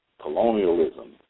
Colonialism